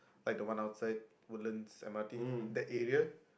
like the one outside Woodlands m_r_t that area